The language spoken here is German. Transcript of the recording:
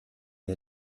wir